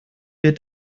wird